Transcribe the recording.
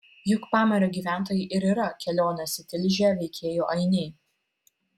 juk pamario gyventojai ir yra kelionės į tilžę veikėjų ainiai